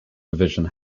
division